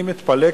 אני מתפלא,